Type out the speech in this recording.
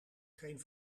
geen